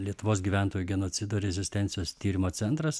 lietuvos gyventojų genocido ir rezistencijos tyrimo centras